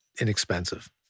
inexpensive